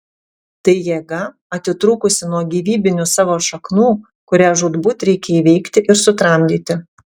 tai jėga atitrūkusi nuo gyvybinių savo šaknų kurią žūtbūt reikia įveikti ir sutramdyti